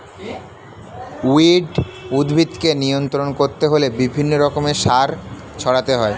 weed উদ্ভিদকে নিয়ন্ত্রণ করতে হলে বিভিন্ন রকমের সার ছড়াতে হয়